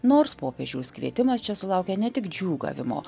nors popiežiaus kvietimas čia sulaukė ne tik džiūgavimo